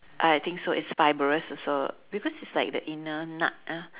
I I think so it's fibrous also because it's like the inner nut uh